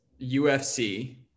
UFC